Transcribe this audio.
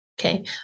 Okay